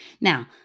Now